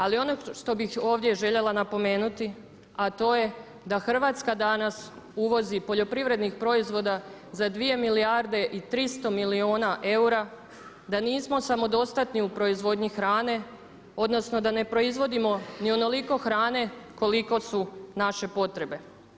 Ali ono što bih ovdje željela napomenuti a to je da Hrvatska danas uvozi poljoprivrednih proizvoda za 2 milijarde i 300 milijuna eura, da nismo samodostatni u proizvodnji hrane odnosno da ne proizvodimo ni onoliko hrane koliko su naše potrebe.